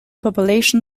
population